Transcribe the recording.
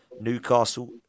Newcastle